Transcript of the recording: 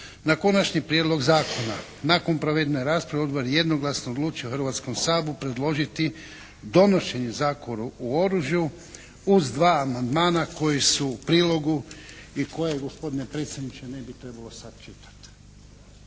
na Konačni prijedlog zakona. Nakon provedene rasprave Odbor je jednoglasno odlučio Hrvatskom saboru predložiti donošenje Zakona o oružju uz dva amandmana koji su u prilogu i koji gospodine predsjedniče ne bi trebalo sad čitati.